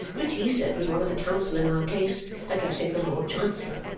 which he said was one of the counsel in our case addressing the lord chancellor.